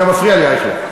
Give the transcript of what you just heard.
אתה מפריע לי, אייכלר.